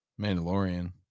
mandalorian